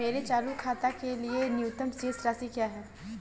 मेरे चालू खाते के लिए न्यूनतम शेष राशि क्या है?